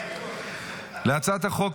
להצעת החוק,